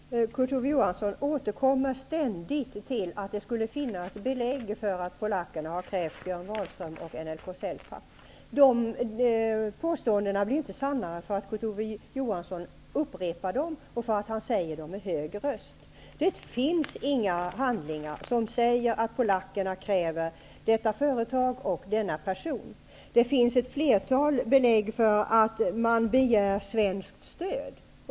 Herr talman! Kurt Ove Johansson återkommer ständigt till att det skulle finnas belägg för att polackerna har krävt Björn Wahlström och NLK Celpapp. De påståendena blir inte sannare för att Kurt Ove Johansson upprepar dem, och för att han säger dem med hög röst. Det finns inga handlingar som säger att polackerna kräver detta företag och denna person. Det finns ett flertal belägg för att man begär svenskt stöd.